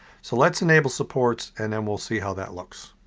so let's enable supports and then we'll see how that looks.